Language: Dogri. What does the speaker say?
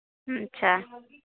अच्छा